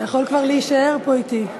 אתה יכול כבר להישאר פה אתי.